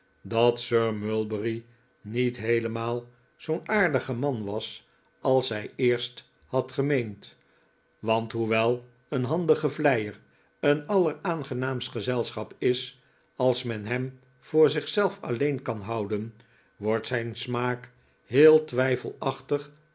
dat sir mulberry niet heelemaal zoo'n aardige man was als zij eerst had gemeend want hoewel een handige vleier een alleraangenaamst gezelschap is als men hem voor zich zelf alleen kan houden wordt zijn smaak heel